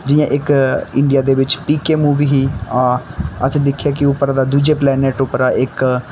जियां इक इंडिया दे बिच्च पी के मूवी ही असें दिक्खेआ के उप्पर दां दूजे प्लेनेट उप्परा इक